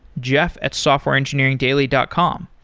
jeff at softwareengineeringdaily dot com.